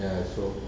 ya so